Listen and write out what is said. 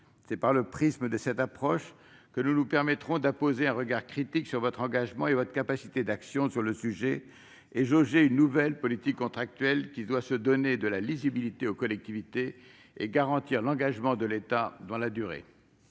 C'est par le prisme de cette approche que nous nous permettrons de poser un regard critique sur votre engagement et votre capacité d'action sur le sujet, madame la ministre, et que nous jaugerons une nouvelle politique contractuelle qui se doit de donner de la lisibilité aux collectivités et de garantir l'engagement de l'État dans la durée.